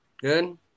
Good